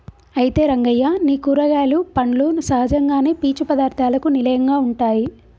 అయితే రంగయ్య నీ కూరగాయలు పండ్లు సహజంగానే పీచు పదార్థాలకు నిలయంగా ఉంటాయి